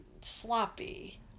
sloppy